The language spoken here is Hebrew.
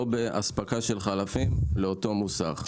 או באספקה של חלפים לאותו מוסך.